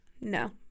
no